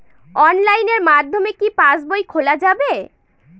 অনলাইনের মাধ্যমে কি পাসবই খোলা যাবে?